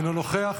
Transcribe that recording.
אינו נוכח,